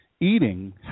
eating